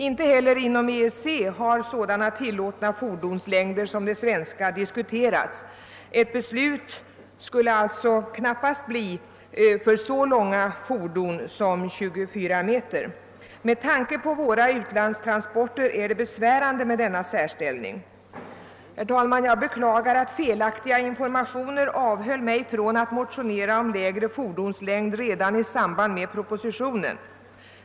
Inte heller inom EEC har sådana fordonslängder som de svenska diskuterats. Ett beslut om tillåtande av så långa fordon som på 24 meter kan alltså knappast väntas. Med tanke på våra utlandstransporter är denna särställning besvärande. Herr talman! Jag beklagar att felaktiga informationer avhöll mig från att motionera om mindre fordonslängd redan i samband med propositionen.